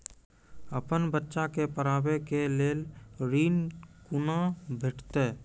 अपन बच्चा के पढाबै के लेल ऋण कुना भेंटते?